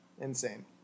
insane